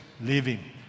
living